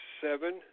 Seven